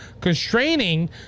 constraining